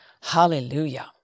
Hallelujah